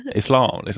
islam